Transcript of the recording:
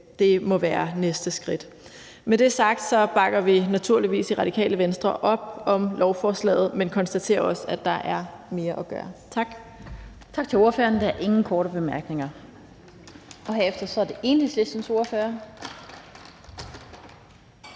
Det må være næste skridt. Når det er sagt, bakker vi naturligvis i Radikale Venstre op om lovforslaget, men konstaterer også, at der er mere at gøre. Tak.